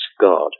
God